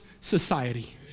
society